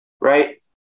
Right